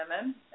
women